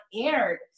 aired